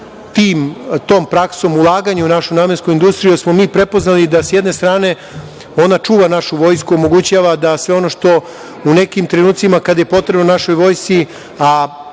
sa tom praksom ulaganja u našu namensku industriju, jer smo mi prepoznali da sa jedne strane ona čuva našu vojsku, omogućava da sve ono što u nekim trenucima kada je potrebno našoj vojsci,